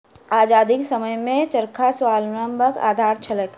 आजादीक समयमे चरखा स्वावलंबनक आधार छलैक